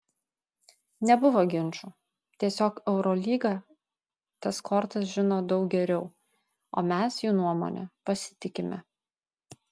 nebuvo ginčų tiesiog eurolyga tas kortas žino daug geriau o mes jų nuomone pasitikime